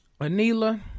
Anila